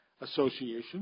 Association